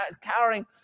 cowering